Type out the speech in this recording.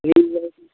भीड़ रहै छै